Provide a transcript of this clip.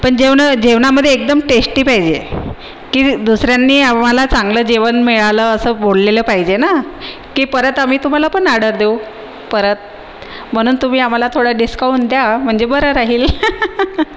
पण जेवणं जेवणामधे एकदम टेस्टी पाहिजे की दी दुसऱ्यांनी आम्हाला चांगलं जेवण मिळालं असं बोललेलं पाहिजे ना की परत आम्ही तुम्हाला पण आर्डर देऊ परत म्हणून तुम्ही आम्हाला थोडं डिस्कौंट द्या म्हणजे बरं राहील